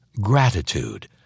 gratitude